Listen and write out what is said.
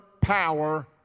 power